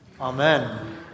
Amen